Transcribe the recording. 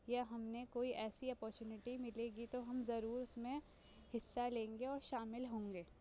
یا ہم نے کوئی ایسی اپارچونیٹی ملے گی تو ہم ضرور اس میں حصہ لیں گے اور شامل ہوں گے